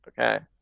Okay